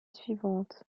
suivante